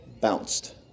bounced